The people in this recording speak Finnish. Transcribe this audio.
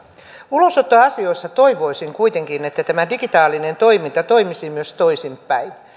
ulosottoasioissa toivoisin kuitenkin että tämä digitaalinen toiminta toimisi myös toisinpäin